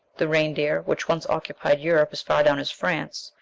the reindeer, which once occupied europe as far down as france,